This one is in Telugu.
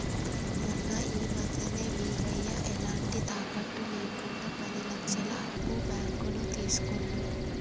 మొన్న ఈ మధ్యనే వీరయ్య ఎలాంటి తాకట్టు లేకుండా పది లక్షల అప్పు బ్యాంకులో తీసుకుండు